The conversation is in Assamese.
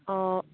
অঁ